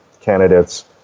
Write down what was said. candidates